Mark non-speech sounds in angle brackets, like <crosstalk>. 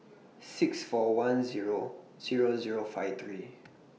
six four one Zero Zero Zero five three <noise>